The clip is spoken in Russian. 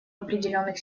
определенных